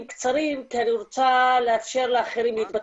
קצרים כי אני רוצה לאפשר לאחרים להתבטא.